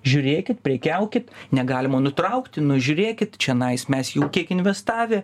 žiūrėkit prekiaukit negalima nutraukti nu žiurėkit čianais mes jau kiek investavę